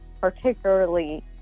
particularly